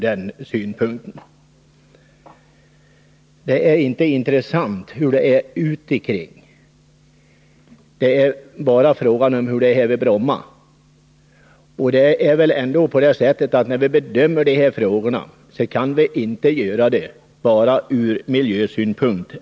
Det är inte intressant hur förhållandena är på andra flygplatser; det är bara fråga om hur det är vid Bromma. När vi bedömer de här frågorna kan vi inte göra det bara ur miljösynpunkt.